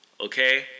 okay